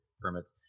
permits